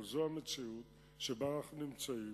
אבל זו המציאות שבה אנחנו נמצאים,